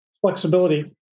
flexibility